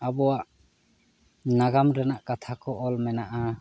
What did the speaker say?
ᱟᱵᱚᱣᱟᱜ ᱱᱟᱜᱟᱢ ᱨᱮᱱᱟᱜ ᱠᱟᱛᱷᱟ ᱠᱚ ᱚᱞ ᱢᱮᱱᱟᱜᱼᱟ